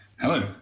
Hello